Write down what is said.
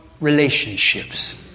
relationships